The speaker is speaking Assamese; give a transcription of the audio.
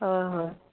হয় হয়